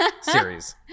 series